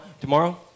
tomorrow